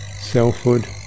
selfhood